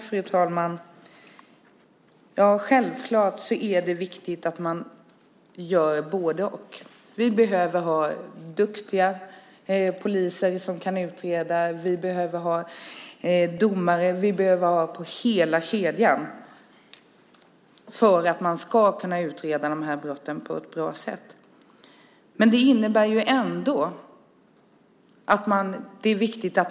Fru talman! Självklart är det viktigt att man gör både-och. Vi behöver duktiga poliser som kan utreda. Vi behöver domare. Vi behöver hela kedjan för att kunna utreda dessa brott på ett bra sätt.